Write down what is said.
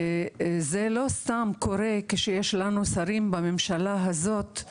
זה לא קורה סתם כשיש לנו שרים בממשלה הזאת,